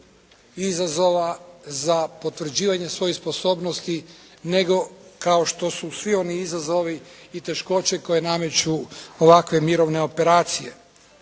izazova za potvrđivanje svojih sposobnosti nego kao što su svi oni izazovi i teškoće koje nameću ovakve mirovne operacije